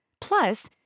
Plus